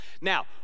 Now